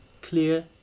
clear